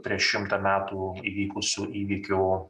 prieš šimtą metų įvykusių įvykių